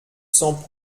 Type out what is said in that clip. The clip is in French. cents